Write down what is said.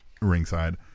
ringside